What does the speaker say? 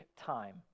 time